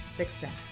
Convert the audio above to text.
success